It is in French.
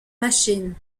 machine